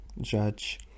judge